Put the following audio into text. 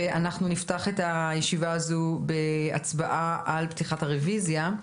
אנחנו נפתח את הישיבה הזו בהצבעה על פתיחת הרוויזיה.